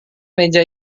meja